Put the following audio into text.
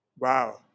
wow